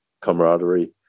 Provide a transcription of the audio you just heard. camaraderie